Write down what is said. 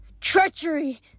Treachery